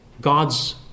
God's